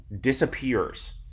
disappears